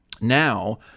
now